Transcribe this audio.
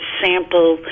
sample